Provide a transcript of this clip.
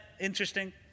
interesting